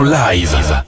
live